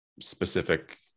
specific